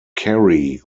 carey